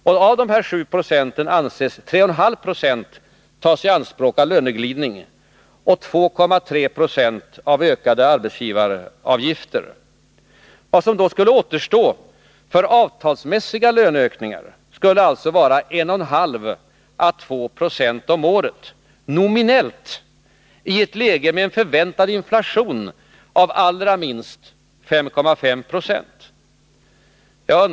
Därav tas enligt kalkylerna 3,5 2 i anspråk av löneglidning och 2,3 20 av de ökade arbetsgivaravgifterna. För avtalsmässiga löneökningar skulle alltså, nominellt sett, återstå 1,5 å 2 76 om året — i ett läge med en förväntad inflation på allra minst 5,5 26.